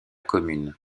commune